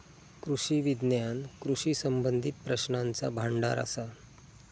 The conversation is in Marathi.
कृषी विज्ञान कृषी संबंधीत प्रश्नांचा भांडार असा